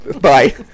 bye